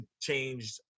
changed